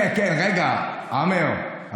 עמאר,